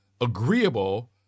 agreeable